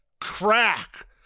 crack